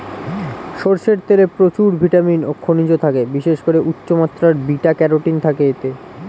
সরষের তেলে প্রচুর ভিটামিন ও খনিজ থাকে, বিশেষ করে উচ্চমাত্রার বিটা ক্যারোটিন থাকে এতে